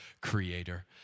creator